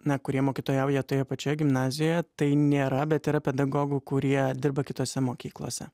na kurie mokytojauja toje pačioje gimnazijoje tai nėra bet yra pedagogų kurie dirba kitose mokyklose